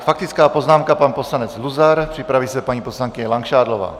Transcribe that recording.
Faktická poznámka pan poslanec Luzar, připraví se paní poslankyně Langšádlová.